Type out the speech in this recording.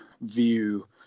view